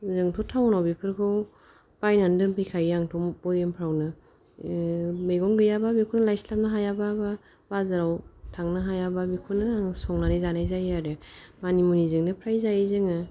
जोंथ' टाउनाव बेफोरखौ बायनानै दोनफैखायो आंथ' बयमफ्रावनो ओ मैंगं गैयाबा बेखौनो लायस्लाबनो हायाबाबो बाजाराव थांनो हायाबा बेखौनो आं संनानै जानाय जायो आरो मानि मुनिजोंनो फ्राय जायो जोङो